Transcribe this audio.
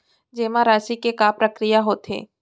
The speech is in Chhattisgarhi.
जेमा राशि के का प्रक्रिया होथे?